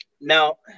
Now